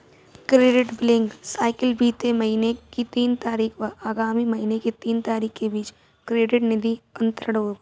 credit billing cycle बीते महीने की तीन तारीख व आगामी महीने की तीन तारीख के बीच क्रेडिट निधि अंतरण होगा